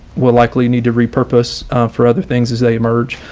we'll likely need to repurpose for other things as they emerge.